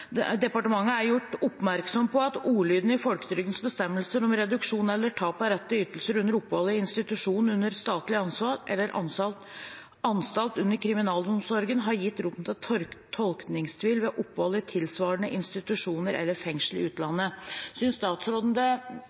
ordlyden i folketrygdens bestemmelser om reduksjon eller tap av rett til ytelser under opphold i «institusjon under statlig ansvar» og «anstalt under kriminalomsorgen» har gitt rom for tolkningstvil ved opphold i tilsvarende institusjoner eller fengsel i utlandet.» Synes statsråden det